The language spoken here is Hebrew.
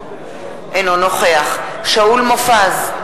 אינו נוכח שאול מופז,